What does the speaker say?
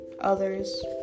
others